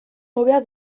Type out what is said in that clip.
hobea